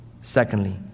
secondly